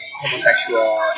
homosexual